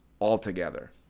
altogether